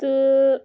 تہٕ